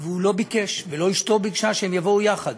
הוא לא ביקש ולא אשתו ביקשה שהם יבואו יחד.